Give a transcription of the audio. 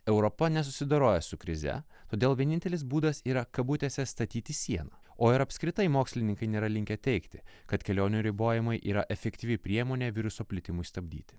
europa nesusidoroja su krize todėl vienintelis būdas yra kabutėse statyti sieną o ir apskritai mokslininkai nėra linkę teigti kad kelionių ribojimai yra efektyvi priemonė viruso plitimui stabdyti